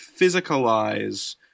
physicalize